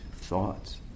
thoughts